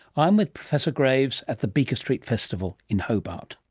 i'm with professor graves at the beaker street festival in hobart.